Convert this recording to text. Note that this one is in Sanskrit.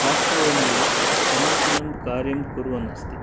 काष्ठरन्ध्रि समीचीनं कार्यं कुर्वन् अस्ति